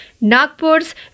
Nagpur's